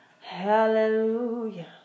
Hallelujah